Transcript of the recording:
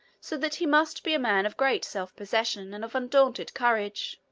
so that he must be a man of great self-possession and of undaunted courage.